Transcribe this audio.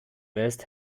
west